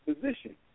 position